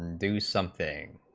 do something